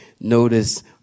notice